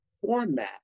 format